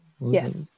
Yes